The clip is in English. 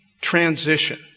transition